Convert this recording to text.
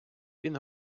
він